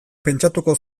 pentsatuko